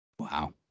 wow